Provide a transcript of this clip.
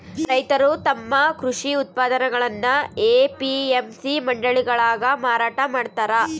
ರೈತರು ತಮ್ಮ ಕೃಷಿ ಉತ್ಪನ್ನಗುಳ್ನ ಎ.ಪಿ.ಎಂ.ಸಿ ಮಂಡಿಗಳಾಗ ಮಾರಾಟ ಮಾಡ್ತಾರ